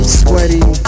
sweaty